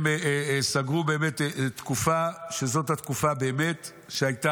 הם סגרו באמת תקופה, שזו התקופה שהייתה,